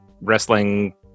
wrestling